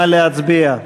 נא להצביע.